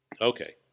okay